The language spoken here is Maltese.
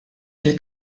mill